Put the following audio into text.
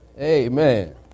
Amen